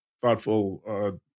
thoughtful